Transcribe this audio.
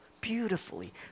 beautifully